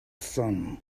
sun